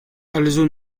also